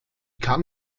kann